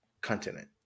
continent